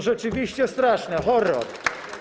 Rzeczywiście straszne, horror.